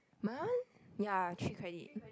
my one ya three credit